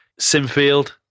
Simfield